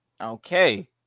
Okay